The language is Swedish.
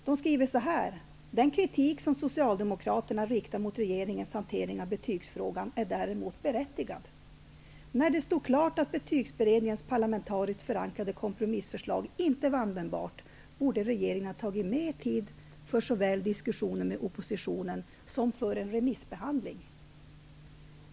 Där står så här: Den kritik som socialdemokraterna riktar mot regeringens hantering av betygsfrågan är däremot berättigad. När det stod klart att betygsberedningens parlamentariskt förankrade kompromissförslag inte var användbart borde regeringen ha tagit mer tid för såväl diskussioner med oppositionen som för en remissbehandling.